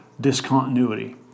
discontinuity